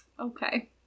Okay